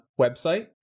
website